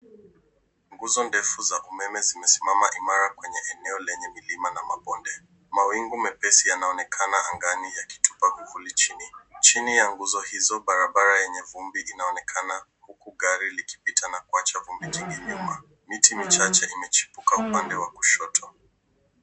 Nguzo ndefu za umeme zimesimama imara kwenye eneo lenye milima na mabonde. Mawingu mepesi yanaonekana angani yakitupa vivuli chini. Chini ya nguzo hizo, barabara yenye vumbi inaonekana huku gari likipita na kuacha vumbi jingi nyuma. Miti michache imechipuka upande wa kushoto.